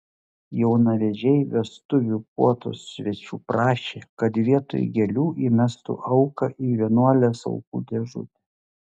jaunavedžiai vestuvių puotos svečių prašė kad vietoj gėlių įmestų auką į vienuolės aukų dėžutę